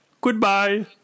goodbye